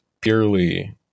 purely